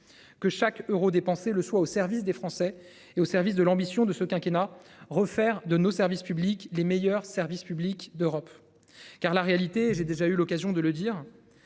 que chaque euro dépensé le soit au service des Français et au service de l'ambition de ce quinquennat refaire de nos services publics, les meilleurs services publics d'Europe Car la réalité. J'ai déjà eu l'occasion de le dire.